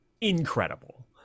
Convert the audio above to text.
Incredible